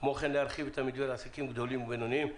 כמו כן להרחיב את המתווה לעסקים גדולים ובינוניים.